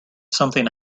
something